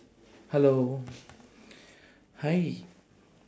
hello hi